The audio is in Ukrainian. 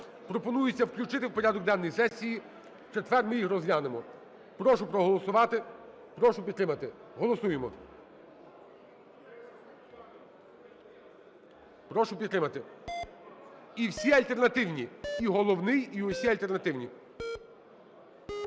Пропонується включити в порядок денний сесії, в четвер ми їх розглянемо. Прошу проголосувати, прошу підтримати. Голосуємо, прошу підтримати. І всі альтернативні, і головний і всі альтернативні.